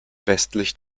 westlich